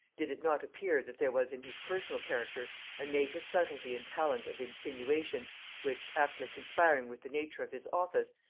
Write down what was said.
did it not appear that there was in his personal character a native subtilty and talent of insinuation which, aptly conspiring with the nature of his office,